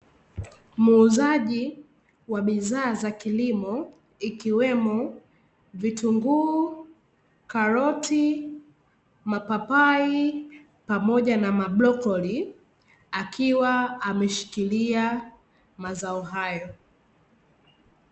Muuzaji wa bidhaa za kilimo ikiwemo Vitunguu, Karoti, Mapapai, pamoja na Mablokoli akiwa ameshikilia mazao hayo.